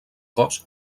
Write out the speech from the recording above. cos